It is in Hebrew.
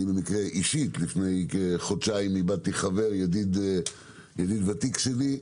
אני לפני חודשיים איבדתי ידיד ותיק שלי.